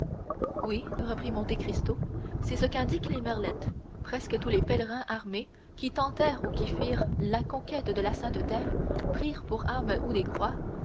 oui reprit monte cristo c'est ce qu'indiquent les merlettes presque tous les pèlerins armés qui tentèrent ou qui firent la conquête de la terre sainte prirent pour armes ou des croix